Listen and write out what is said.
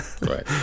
Right